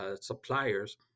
suppliers